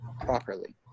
properly